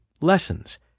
Lessons